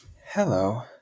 Hello